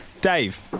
Dave